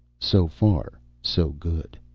so far so good.